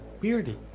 Beardy